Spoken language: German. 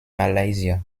malaysia